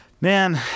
Man